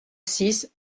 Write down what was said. six